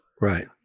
Right